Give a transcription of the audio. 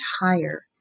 higher